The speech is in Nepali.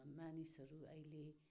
मानिसहरू अहिले